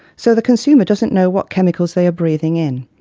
so the consumer doesn't know what chemicals they are breathing in.